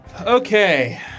Okay